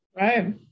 right